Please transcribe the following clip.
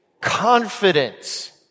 confidence